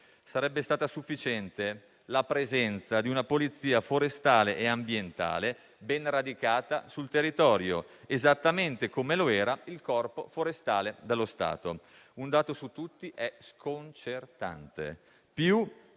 Sarebbe stata sufficiente la presenza di una polizia forestale e ambientale ben radicata sul territorio, esattamente come lo era il Corpo forestale dello Stato. Un dato su tutti è sconcertante: